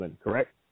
correct